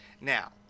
Now